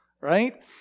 right